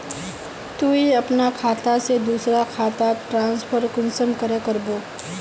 तुई अपना खाता से दूसरा खातात ट्रांसफर कुंसम करे करबो?